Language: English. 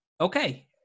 Okay